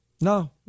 No